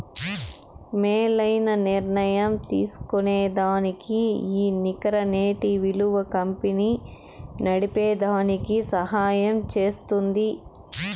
మేలైన నిర్ణయం తీస్కోనేదానికి ఈ నికర నేటి ఇలువ కంపెనీ నడిపేదానికి సహయం జేస్తుంది